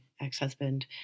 ex-husband